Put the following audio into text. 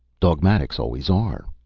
dogmatics always are.